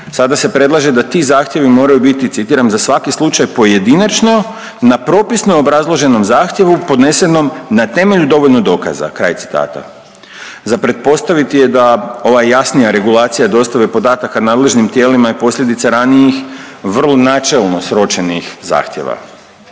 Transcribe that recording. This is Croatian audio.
Sada se predlaže da ti zahtjevi moraju biti, citiram, za svaki slučaj pojedinačno na propisno obrazloženom zahtjevu podnesenom na temelju dovoljno dokaza, kraj citata. Za pretpostaviti je da ova jasnija regulacija dostave podataka nadležnim tijelima je posljedica ranijih, vrlo načelno sročenih zahtjeva.